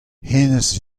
hennezh